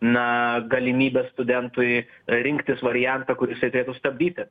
na galimybės studentui rinktis variantą kur jisai turėtų stabdyti